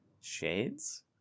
shades